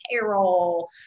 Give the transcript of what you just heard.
payroll